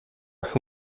who